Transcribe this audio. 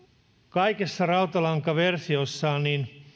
kaikessa rautalankaversiossaan